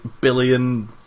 billion